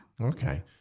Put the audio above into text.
Okay